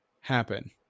happen